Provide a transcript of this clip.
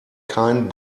kein